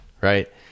Right